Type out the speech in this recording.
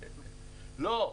לא,